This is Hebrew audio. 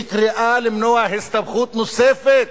היא קריאה למנוע הסתבכות נוספת.